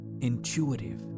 intuitive